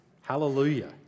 Hallelujah